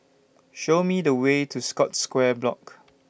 Show Me The Way to Scotts Square Block